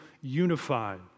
unified